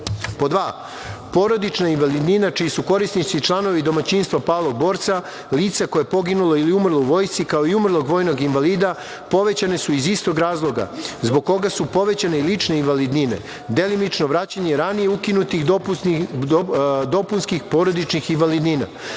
porodična invalidnina čiji su korisnici članovi domaćinstva palog borca, lica koje poginulo ili umrlo u vojsci, kao i umrlog vojnog invalida povećane su iz istog razloga, zbog koga su povećane i lične invalidnine, delimično vraćanje ranije ukinutih dopunskih porodičnih invalidnina.